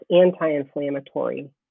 anti-inflammatory